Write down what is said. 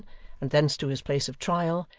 and thence to his place of trial,